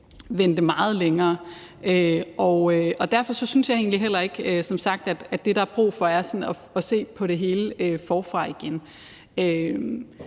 vente meget længere. Derfor synes jeg som sagt heller ikke, at det, der er brug for, er at se på det hele forfra igen.